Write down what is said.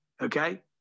okay